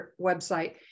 website